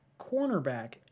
cornerback